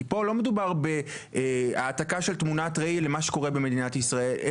כי פה לא מדובר בהעתקה של תמונת ראי למה שקורה במדינת ישראל,